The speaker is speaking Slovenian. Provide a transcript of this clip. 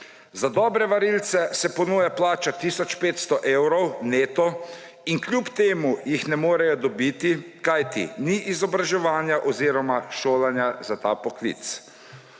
Za dobre varilce se ponuja plača tisoč 500 evrov neto, in kljub temu jih ne morejo dobiti, kajti ni izobraževanja oziroma šolanja za ta poklic.